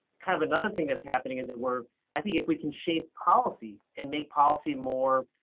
kind of another thing that's happening, as it were i think if we can shape policy and make policy more